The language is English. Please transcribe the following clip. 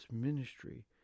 ministry